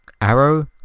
Arrow